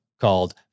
called